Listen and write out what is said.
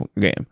game